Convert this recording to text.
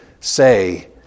say